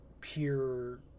pure